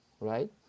right